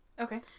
Okay